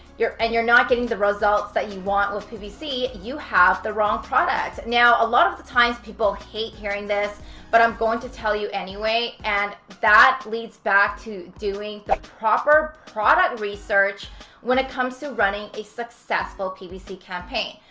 and you're not getting the results that you want with ppc you have the wrong product. now a lot of the times people hate hearing this but i am going to tell you anyways and that leads back to doing the proper product research when it comes to running a successful ppc campaign.